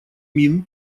мин